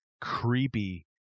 creepy